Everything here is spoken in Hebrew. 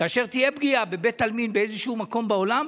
כאשר תהיה פגיעה בבית עלמין באיזשהו מקום בעולם,